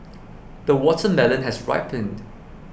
the watermelon has ripened